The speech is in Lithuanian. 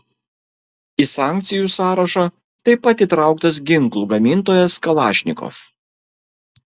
į sankcijų sąrašą taip pat įtrauktas ginklų gamintojas kalašnikov